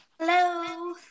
Hello